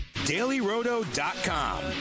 dailyroto.com